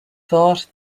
thought